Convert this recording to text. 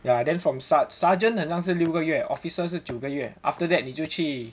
ya then from ser~ sergeant 很像是六个月 officer 是九个月 after that 你就去